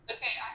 Okay